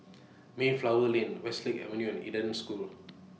Mayflower Lane Westlake Avenue and Eden School